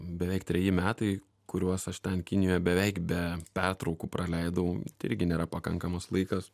beveik treji metai kuriuos aš ten kinijoj beveik be pertraukų praleidau irgi nėra pakankamas laikas